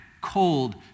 cold